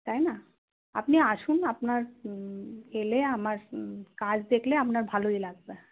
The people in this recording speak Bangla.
তাই না আপনি আসুন আপনার এলে আমার কাজ দেখলে আপনার ভালোই লাগবে